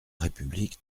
république